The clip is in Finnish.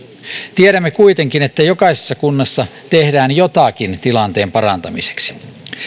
tiedämme kuitenkin että jokaisessa kunnassa tehdään jotakin tilanteen parantamiseksi